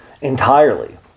entirely